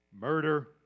murder